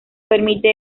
permite